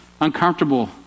uncomfortable